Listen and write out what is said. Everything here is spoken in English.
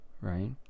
right